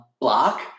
block